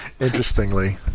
interestingly